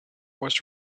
was